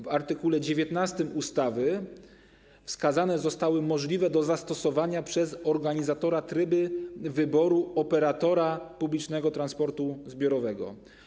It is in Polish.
W art. 19 ustawy wskazane zostały możliwe do zastosowania przez organizatora tryby wyboru operatora publicznego transportu zbiorowego.